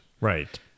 Right